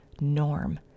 norm